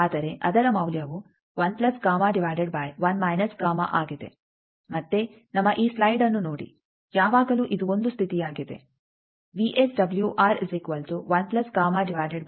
ಆದರೆ ಅದರ ಮೌಲ್ಯವು ಆಗಿದೆ ಮತ್ತೆ ನಮ್ಮ ಈ ಸ್ಲೈಡ್ಅನ್ನು ನೋಡಿ ಯಾವಾಗಲೂ ಇದು ಒಂದು ಸ್ಥಿತಿಯಾಗಿದೆ